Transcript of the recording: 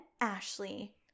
ashley